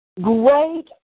great